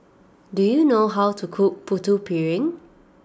do you know how to cook Putu Piring